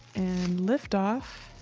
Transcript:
and lift-off.